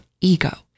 ego